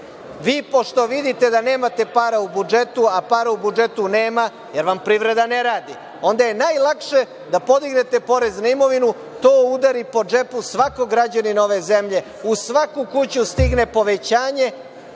Vi pošto vidite da nemate para u budžetu, a para u budžetu nema jer vam privreda ne radi, onda je najlakše da podignete porez na imovinu, to udari po džepu svakog građanina ove zemlje, u svaku kuću stigne povećanje,